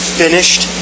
finished